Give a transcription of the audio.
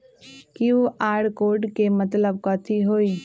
QR code के मतलब कथी होई?